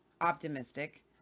optimistic